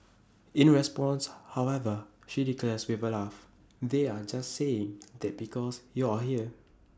in response however she declares with A laugh they're just saying that because you're here